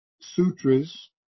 sutras